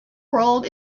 world